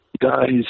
guys